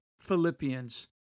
Philippians